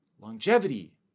longevity